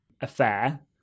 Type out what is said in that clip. affair